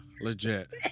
Legit